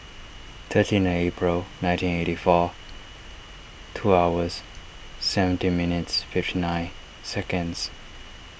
thirteen April nineteen eighty four two hours seventeen minutes fifty nine seconds